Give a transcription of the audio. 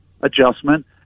adjustment